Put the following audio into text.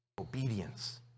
obedience